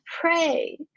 pray